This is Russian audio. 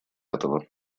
этого